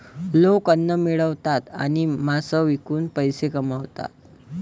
लोक अन्न मिळवतात आणि मांस विकून पैसे कमवतात